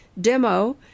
demo